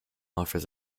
offers